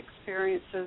experiences